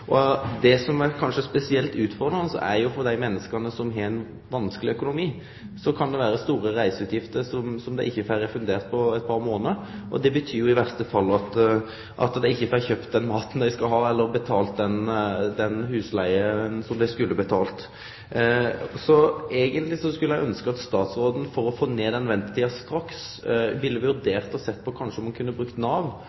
Det som kanskje er spesielt utfordrande, er at for dei menneska som har ein vanskeleg økonomi, kan store reiseutgifter som dei ikkje får refundert på eit par månader, i verste fall bety at dei ikkje får kjøpt den maten dei skal ha, eller betalt den husleiga som dei skulle betalt. Så eigentleg skulle eg ønskje at statsråden for å få ned ventetida straks ville